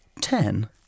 ten